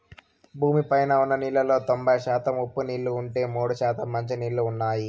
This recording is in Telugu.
భూమి పైన ఉన్న నీళ్ళలో తొంబై శాతం ఉప్పు నీళ్ళు ఉంటే, మూడు శాతం మంచి నీళ్ళు ఉన్నాయి